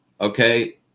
Okay